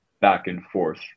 back-and-forth